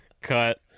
Cut